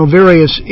various